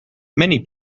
many